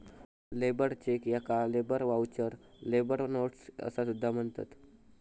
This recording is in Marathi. लेबर चेक याका लेबर व्हाउचर, लेबर नोट्स असा सुद्धा म्हणतत